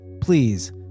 please